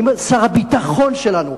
האם שר הביטחון שלנו,